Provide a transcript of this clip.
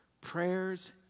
Prayers